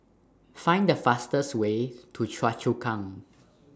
Find The fastest Way to Choa Chu Kang